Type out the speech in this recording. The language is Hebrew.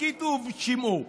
הסכיתו ושמעו.